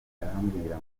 arambwira